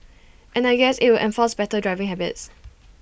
and I guess IT would enforce better driving habits